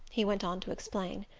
he went on to explain,